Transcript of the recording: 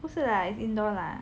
不是啦 it's indoor lah